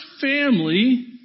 family